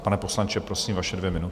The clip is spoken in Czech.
Pane poslanče, prosím, vaše dvě minuty.